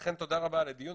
לכן תודה רבה על הדיון,